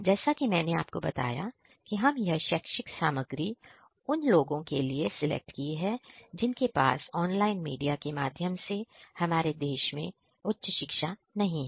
जैसा कि मैंने आपको बताया कि हम यह शैक्षिक सामग्री उन लोगों के लिए सिलेक्ट की जाएगी जिनके पास ऑनलाइन मीडिया के माध्यम से हमारे देश में उच्च शिक्षा नहीं है